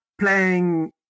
playing